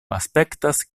aspektas